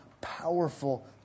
powerful